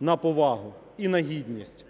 на повагу і на гідність.